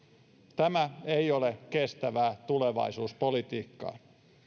tämä ei ole kestävää tulevaisuuspolitiikkaa